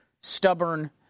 stubborn